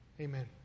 Amen